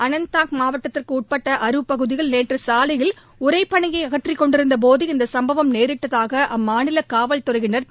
அனந்தநாக் மாவட்டத்திற்கு உட்பட்ட அரு பகுதியில் நேற்று சாலையில் உறைபனியை அகற்றிக் கொண்டிருந்தபோது இந்த சம்பவம் நேரிட்டதாக அம்மாநில காவல்துறையினர் தெரிவித்தனர்